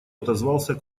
отозвался